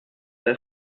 das